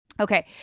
Okay